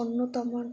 অন্যতম